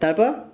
তারপর